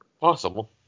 Possible